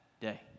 day